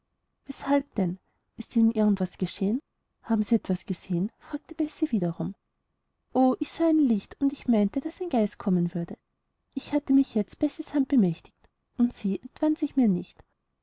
weshalb denn ist ihnen irgend etwas geschehen haben sie etwas gesehen fragte bessie wiederum o ich sah ein licht und ich meinte daß ein geist kommen würde ich hatte mich jetzt bessies hand bemächtigt und sie entwand sie mir nicht